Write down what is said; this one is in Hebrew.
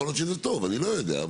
יכול להיות שזה טוב אני לא יודע,